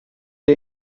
der